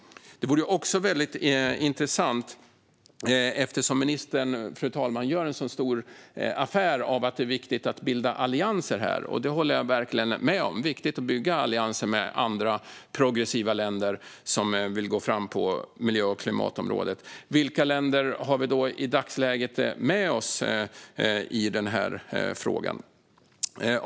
Ministern gör en så stor affär av att det är viktigt att bilda allianser här, vilket jag verkligen håller med om. Det är viktigt att bygga allianser med andra progressiva länder som vill gå fram på miljö och klimatområdet. Därför vore det intressant av få höra vilka länder som vi i dagsläget har med oss i denna fråga.